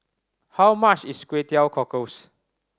how much is Kway Teow Cockles